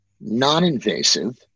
non-invasive